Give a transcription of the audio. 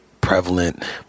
prevalent